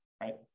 right